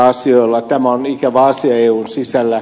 tämä on ikävä asia eun sisällä